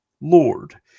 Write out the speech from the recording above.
Lord